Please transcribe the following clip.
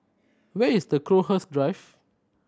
where is Crowhurst Drive